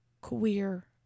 queer